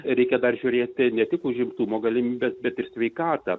reikia dar žiūrėti ne tik užimtumo galimybes bet ir sveikatą